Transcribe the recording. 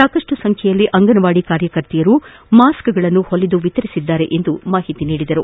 ಸಾಕಷ್ಟು ಸಂಖ್ಯೆಯಲ್ಲಿ ಅಂಗನವಾಡಿ ಕಾರ್ಯಕರ್ತೆಯರು ಮಾಸ್ಕ್ಗಳನ್ನು ಹೊಲಿದು ವಿತರಿಸಿದ್ದಾರೆ ಎಂದು ಮಾಹಿತಿ ನೀಡಿದರು